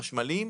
חשמליים,